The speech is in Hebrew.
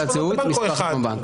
תעודת הזהות, יש מספר חשבון בנק.